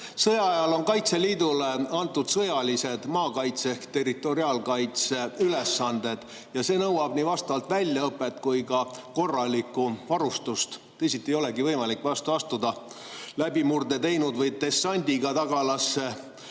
Sõjaajal on Kaitseliidule antud sõjalised maakaitse ehk territoriaalkaitse ülesanded ja need nõuavad nii vastavat väljaõpet kui ka korralikku varustust. Teisiti ei olegi võimalik vastu astuda läbimurde teinud või dessandiga tagalasse